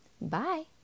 Bye